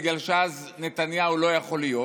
כי אז נתניהו לא יכול להיות,